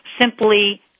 simply